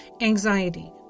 anxiety